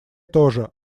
тоже